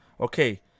Okay